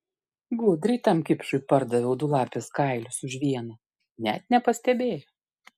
gudriai tam kipšui pardaviau du lapės kailius už vieną net nepastebėjo